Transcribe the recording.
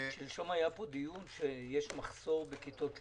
שלשום היה פה דיון שיש מחסור בכיתות לימוד.